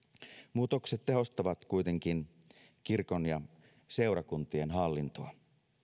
muutokset tehostavat kuitenkin kirkon ja seurakuntien hallintoa